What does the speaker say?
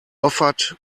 offered